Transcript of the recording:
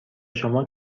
شما